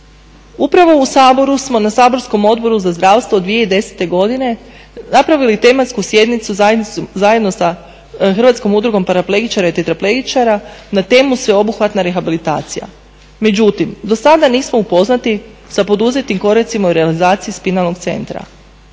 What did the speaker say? Upravo u Saboru smo na saborskom Odboru za zdravstvo 2010. godine napravili tematsku sjednicu zajedno sa Hrvatskom udrugom paraplegičara i tetraplegičara na temu sveobuhvatne rehabilitacije. Međutim, dosada nismo upoznati sa poduzetim koracima u realizaciji spinalnog centra.